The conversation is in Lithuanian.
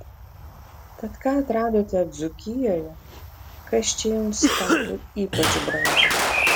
tad ką atradote dzūkijoje kas čia jums tapo ypač brangu